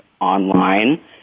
online